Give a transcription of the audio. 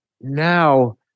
now